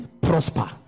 prosper